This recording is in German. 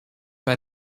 bei